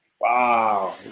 Wow